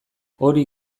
hori